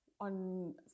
on